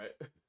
right